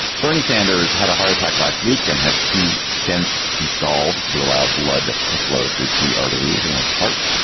bernie sanders had a heart attack last week and had two stents installed to allow blood to flow through key arteries around his heart.